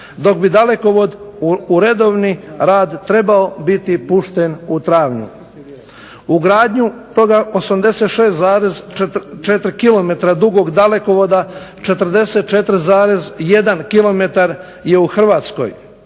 dok bi dalekovod u redovni rad trebao biti pušten u travnju. U gradnju toga 86,4 km dugog dalekovoda 44,1 km je u Hrvatskoj.